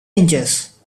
inches